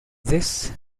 this